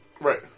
right